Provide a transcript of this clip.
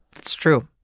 that's true.